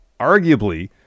arguably